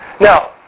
Now